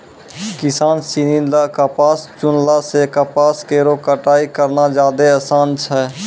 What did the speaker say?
किसान सिनी ल कपास चुनला सें कपास केरो कटाई करना जादे आसान छै